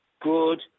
good